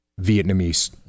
Vietnamese